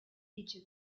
dice